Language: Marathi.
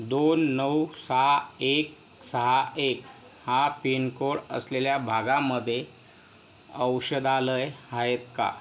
दोन नऊ सहा एक सहा एक हा पिनकोड असलेल्या भागामध्ये औषधालय आहेत का